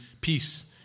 peace